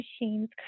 machines